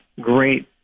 great